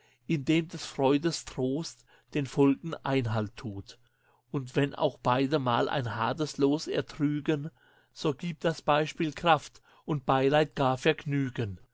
wut indem des freundes trost den folgen einhalt tut und wenn auch beide mal ein hartes los ertrügen so gibt das beispiel kraft und beileid gar vergnügen